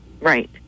Right